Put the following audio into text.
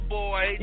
boy